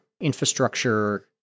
infrastructure